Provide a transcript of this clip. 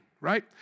right